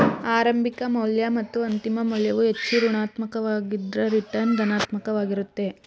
ಆರಂಭಿಕ ಮೌಲ್ಯ ಮತ್ತು ಅಂತಿಮ ಮೌಲ್ಯವು ಹೆಚ್ಚು ಋಣಾತ್ಮಕ ವಾಗಿದ್ದ್ರ ರಿಟರ್ನ್ ಧನಾತ್ಮಕ ವಾಗಿರುತ್ತೆ